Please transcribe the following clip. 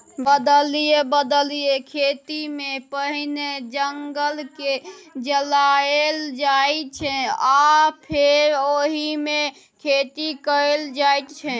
बदलि बदलि खेतीमे पहिने जंगलकेँ जराएल जाइ छै आ फेर ओहिमे खेती कएल जाइत छै